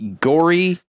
gory